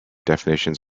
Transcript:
definitions